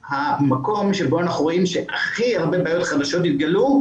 המקום שבו אנחנו רואים שהכי הרבה בעיות חדשות התגלו,